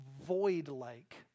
void-like